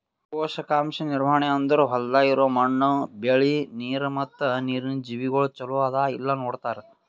ಪೋಷಕಾಂಶ ನಿರ್ವಹಣೆ ಅಂದುರ್ ಹೊಲ್ದಾಗ್ ಇರೋ ಮಣ್ಣು, ಬೆಳಿ, ನೀರ ಮತ್ತ ನೀರಿನ ಜೀವಿಗೊಳ್ ಚಲೋ ಅದಾ ಇಲ್ಲಾ ನೋಡತಾರ್